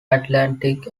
atlantic